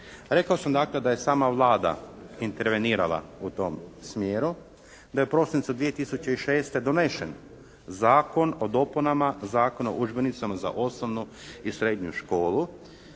Rekao sam dakle da je sama Vlada intervenirala u tom smjeru. Da je u prosincu 2006. donesen Zakon o dopunama Zakona o udžbenicima za osnovnu i srednju školu